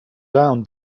down